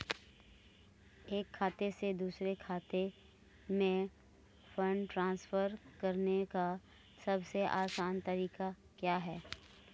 एक खाते से दूसरे खाते में फंड ट्रांसफर करने का सबसे आसान तरीका क्या है?